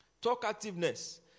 talkativeness